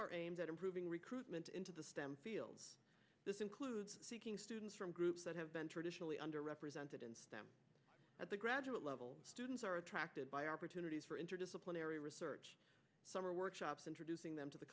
are aimed at improving recruitment into the stem field this includes students from groups that have been traditionally under represented and at the graduate level students are attracted by opportunities for interdisciplinary research summer work introducing them to the